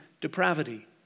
depravity